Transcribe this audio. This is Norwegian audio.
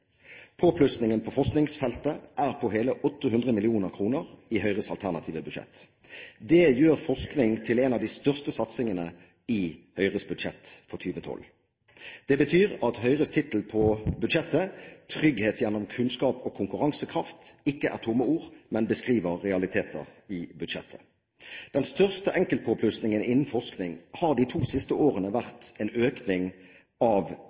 Påplussingen på forskningsfeltet er på hele 800 mill. kr i Høyres alternative budsjett. Det gjør forskning til en av de største satsingene i Høyres budsjett for 2012. Det betyr at Høyres tittel på budsjettet Trygghet gjennom kunnskap og konkurransekraft ikke er tomme ord, men beskriver realiteter i budsjettet. Den største enkeltpåplussingen innen forskning har de to siste årene vært en økning av